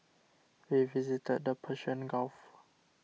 we visited the Persian Gulf